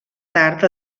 tard